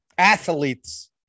athletes